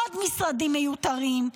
עוד משרדים מיותרים,